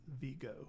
Vigo